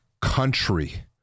country